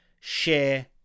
share